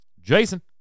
Jason